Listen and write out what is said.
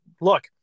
look